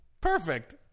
Perfect